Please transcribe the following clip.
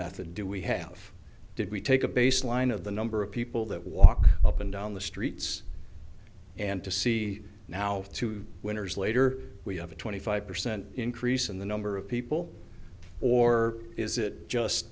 method do we have did we take a baseline of the number of people that walk up and down the streets and to see now two winners later we have a twenty five percent increase in the number of people or is it just